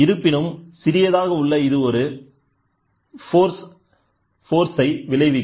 இருப்பினும் சிறியதாக உள்ள இது ஒரு ஃபோர்ஸை விளைவிக்கும்